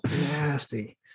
nasty